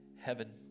heaven